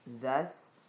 Thus